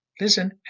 listen